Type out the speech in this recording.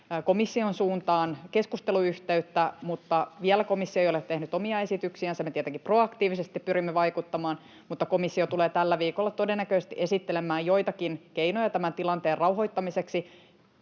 komission suuntaan keskusteluyhteyttä, mutta vielä komissio ei ole tehnyt omia esityksiänsä. Me tietenkin proaktiivisesti pyrimme vaikuttamaan, mutta komissio tulee tällä viikolla todennäköisesti esittelemään joitakin keinoja tämän tilanteen rauhoittamiseksi.